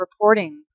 reporting